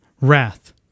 Wrath